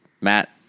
Matt